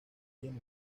tiene